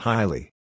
Highly